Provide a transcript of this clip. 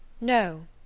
No